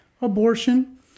abortion